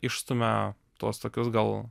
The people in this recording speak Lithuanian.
išstumia tuos tokius gal